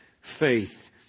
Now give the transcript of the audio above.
faith